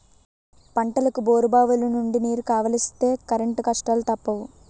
పంటలకు బోరుబావులనుండి నీరు కావలిస్తే కరెంటు కష్టాలూ తప్పవు